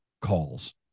calls